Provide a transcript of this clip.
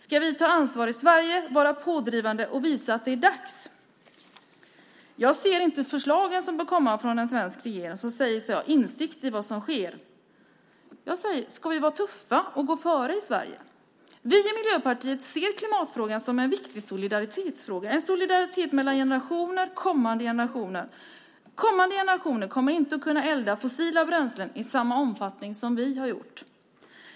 Ska vi ta ansvar i Sverige, vara pådrivande och visa att det är dags? Jag ser inte förslagen som bör komma från en svensk regering som säger sig ha insikt i vad som sker. Jag säger: Ska vi vara tuffa och gå före i Sverige? Vi i Miljöpartiet ser klimatfrågan som en viktig solidaritetsfråga, en solidaritet mellan generationer. Kommande generationer kommer inte att kunna elda med fossila bränslen i samma omfattning som vi har gjort.